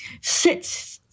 sits